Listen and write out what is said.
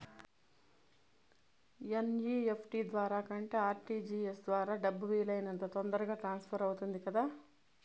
NEFT ద్వారా కంటే RTGS ద్వారా డబ్బు వీలు అయినంత తొందరగా ట్రాన్స్ఫర్ అవుతుంది కదా